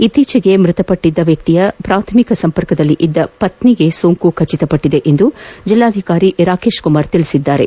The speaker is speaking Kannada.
ಇತ್ತೀಚೆಗೆ ಮೃತಪಟ್ಟ ವ್ವಕ್ತಿಯ ಪ್ರಾಥಮಿಕ ಸಂಪರ್ಕದಲ್ಲಿದ್ದ ಪತ್ನಿಗೂ ಸೋಂಕು ದೃಢಪಟ್ಟದೆ ಎಂದು ಜಿಲ್ಲಾಧಿಕಾರಿ ರಾಕೇಶ್ ಕುಮಾರ್ ತಿಳಿಸಿದ್ದಾರೆ